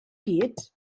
gyd